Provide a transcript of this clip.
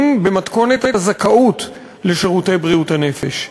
במתכונת הזכאות לשירותי בריאות הנפש.